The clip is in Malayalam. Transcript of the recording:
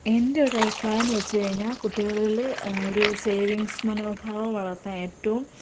എൻറ്റൊരഭിപ്രായമെന്ന് വെച്ച് കഴിഞ്ഞാൽ കുട്ടികളിലെ ഒരു സേവിങ്സ് മനോഭാവം വളർത്താൻ ഏറ്റവും